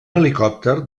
helicòpter